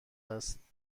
هست